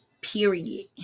Period